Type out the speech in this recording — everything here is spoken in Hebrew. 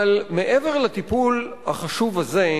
אבל מעבר לטיפול החשוב הזה,